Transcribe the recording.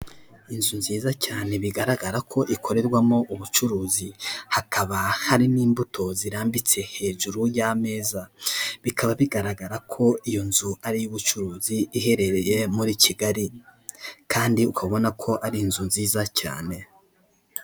Inzu nziza cyane bigaragara ko ikorerwamo ubucuruzi, hakaba hari n'imbuto zirambitse hejuru y'ameza, bikaba bigaragara ko iyo nzu ari iy'ubucuruzi, iherereye muri Kigali kandi ukabona ko ari inzu nziza cyane.